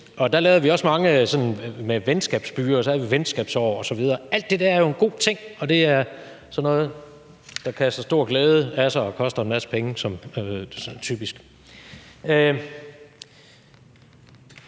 og der lavede vi også mange ting sådan med venskabsbyer, og så havde vi venskabsår osv. Alt det der er jo en god ting, og det er sådan noget, der kaster stor glæde af sig – og typisk koster en masse penge. Det,